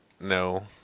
No